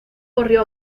corrió